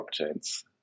blockchains